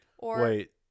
Wait